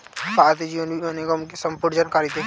भारतीय जीवन बीमा निगम की संपूर्ण जानकारी दें?